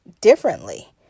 differently